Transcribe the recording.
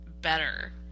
better